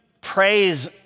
praise